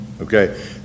Okay